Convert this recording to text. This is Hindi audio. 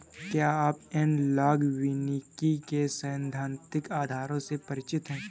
क्या आप एनालॉग वानिकी के सैद्धांतिक आधारों से परिचित हैं?